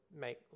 make